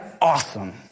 awesome